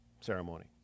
ceremony